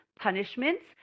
punishments